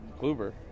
Kluber